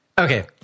Okay